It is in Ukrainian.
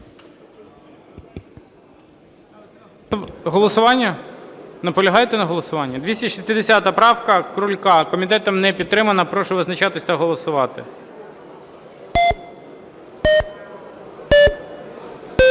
Голосування? Наполягаєте на голосуванні? 260 правка Крулька, комітетом не підтримана. Прошу визначатись та голосувати.